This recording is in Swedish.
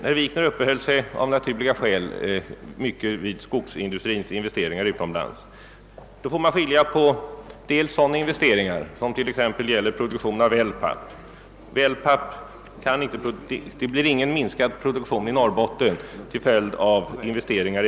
Herr Wikner uppehöll sig av naturliga skäl vid skogsindustrins investeringar utomlands. Om det exempelvis investeras i wellpappfabrikation i utlandet uppstår ingen minskning av produktionen i Norrbotten.